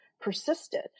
persisted